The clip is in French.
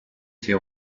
ses